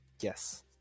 Yes